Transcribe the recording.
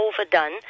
overdone